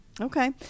Okay